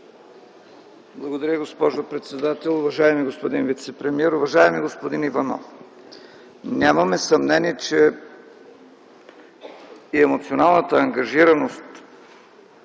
Благодаря, госпожо председател. Уважаеми господин вицепремиер, уважаеми господин Иванов! Нямаме съмнение, че и емоционалната ангажираност,